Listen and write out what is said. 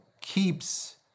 keeps